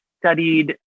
studied